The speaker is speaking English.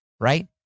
Right